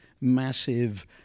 massive